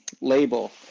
label